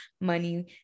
money